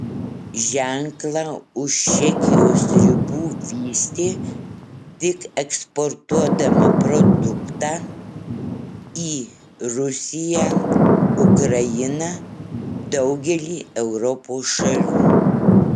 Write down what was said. ženklą už čekijos ribų vystė tik eksportuodama produktą į rusiją ukrainą daugelį europos šalių